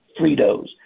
Fritos